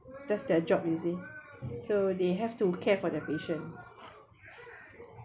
just their job you see so they have to care for the patients